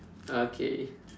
okay